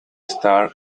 star